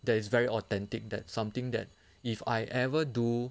there is very authentic that something that if I ever do